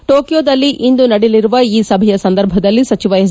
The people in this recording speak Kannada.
ಟೋಕಿಯೋದಲ್ಲಿ ಇಂದು ನಡೆಯಲಿರುವ ಈ ಸಭೆಯ ಸಂದರ್ಭದಲ್ಲಿ ಸಚಿವ ಎಸ್